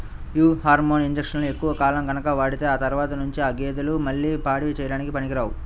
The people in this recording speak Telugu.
యీ హార్మోన్ ఇంజక్షన్లు ఎక్కువ కాలం గనక వాడితే ఆ తర్వాత నుంచి ఆ గేదెలు మళ్ళీ పాడి చేయడానికి పనికిరావు